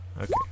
Okay